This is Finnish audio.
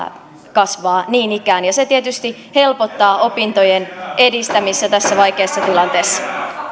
kasvaa niin ikään ja se tietysti helpottaa opintojen edistämistä tässä vaikeassa tilanteessa